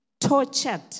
tortured